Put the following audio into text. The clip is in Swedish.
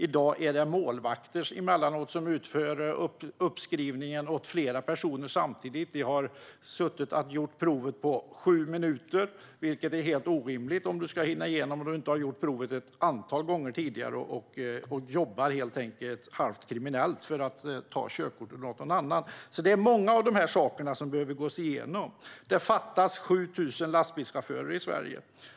I dag är det emellanåt målvakter som utför uppskrivningen åt flera personer samtidigt. Personer har gjort provet på sju minuter, vilket är helt orimligt för att hinna igenom hela provet om man inte har gjort det ett antal gånger tidigare. Folk jobbar helt enkelt halvt kriminellt för att ta körkort åt någon annan. Det är många av de här sakerna som behöver gås igenom. Det fattas 7 000 lastbilschaufförer i Sverige.